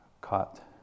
caught